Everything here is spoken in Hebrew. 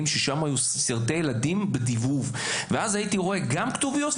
ששם היו סרטי ילדים בדיבוב והיית רואה גם כתוביות,